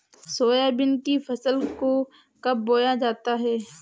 Soybean की फसल को कब बोया जाता है?